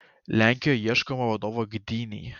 lenkijoje ieškoma vadovo gdynei